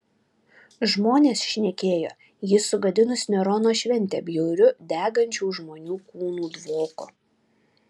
žmonės šnekėjo jį sugadinus nerono šventę bjauriu degančių žmonių kūnų dvoku